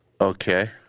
Okay